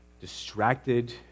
distracted